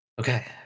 Okay